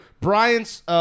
Bryant's